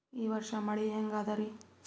ಈ ವರ್ಷ ಮಳಿ ಹೆಂಗ ಅದಾರಿ?